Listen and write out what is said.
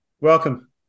Welcome